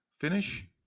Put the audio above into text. finish